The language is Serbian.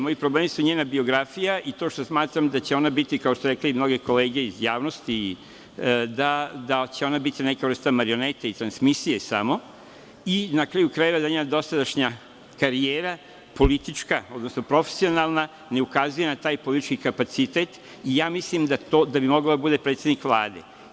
Moji problemi su njena biografija i to što smatram da će ona biti, kao što su rekli i mnoge kolege iz javnosti, da će biti neka vrsta marionete i transmisije samo i na kraju krajeva, da njena dosadašnja karijera, politička, odnosno profesionalna, ne ukazuje na taj politički kapacitet da bi mogla da bude predsednik Vlade.